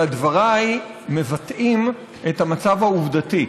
אלא דבריי מבטאים את המצב העובדתי.